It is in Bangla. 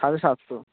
সাড়ে সাতশো